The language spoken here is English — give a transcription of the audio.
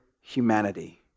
humanity